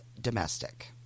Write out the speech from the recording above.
domestic